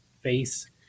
face